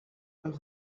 james